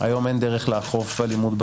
היום אין דרך לאכוף אלימות בספורט,